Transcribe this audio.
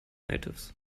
natives